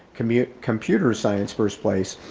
computer computer science first place,